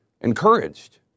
encouraged